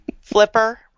Flipper